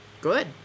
good